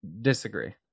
Disagree